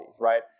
right